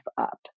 up